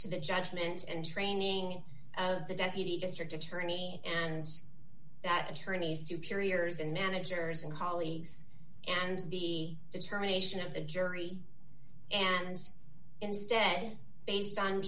to the judgment and training of the deputy district attorney and that attorney's superiors and managers and colleagues and the determination of the jury and instead based on